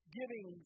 giving